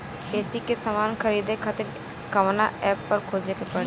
खेती के समान खरीदे खातिर कवना ऐपपर खोजे के पड़ी?